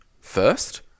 first-